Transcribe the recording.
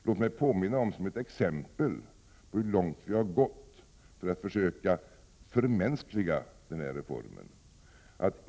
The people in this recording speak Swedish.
Låt mig ge ett exempel på hur långt vi har gått för att försöka förmänskliga reformen.